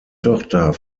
tochter